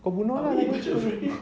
kau bunuh ah